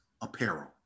apparel